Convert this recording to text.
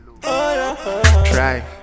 Try